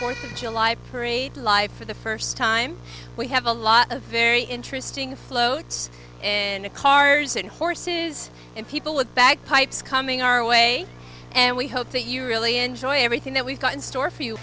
fourth of july parade live for the first time we have a lot of very interesting floats and the cars and horses and people with bagpipes coming our way and we hope that you really enjoy everything that we've got in store for you